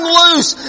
loose